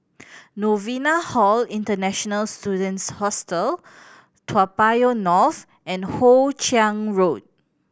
Novena Hall International Students Hostel Toa Payoh North and Hoe Chiang Road